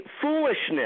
foolishness